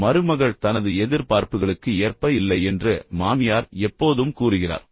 எனவே மருமகள் தனது எதிர்பார்ப்புகளுக்கு ஏற்ப இல்லை என்று மாமியார் எப்போதும் கூறுகிறார்